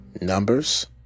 Numbers